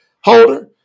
holder